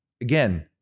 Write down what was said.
Again